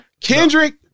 Kendrick